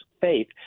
faith